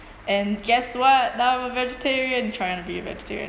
and guess what now I'm a vegetarian trying to be a vegetarian